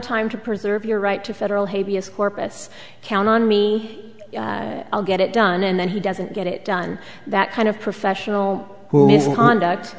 time to preserve your right to federal habeas corpus count on me i'll get it done and then he doesn't get it done that kind of professional misconduct